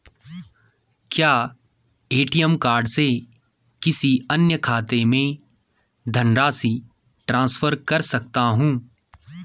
क्या ATM card से किसी अन्य खाते में धनराशि ट्रांसफर कर सकता हूँ?